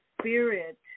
spirit